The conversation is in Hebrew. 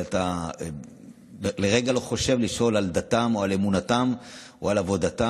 אתה לרגע לא חושב לשאול על דתם או על אמונתם או על עבודתם.